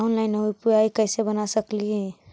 Online UPI कैसे बना सकली ही?